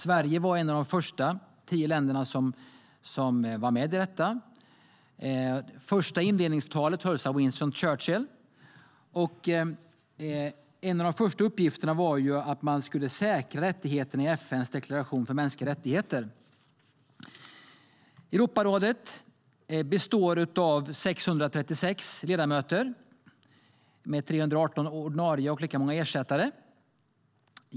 Sverige var ett av de första tio länderna som var med i Europarådet. Första inledningstalet hölls av Winston Churchill. En av de första uppgifterna var att säkra rättigheterna i FN:s deklaration för mänskliga rättigheter. Europarådet består av 636 ledamöter, 318 ordinarie och lika många ersättare.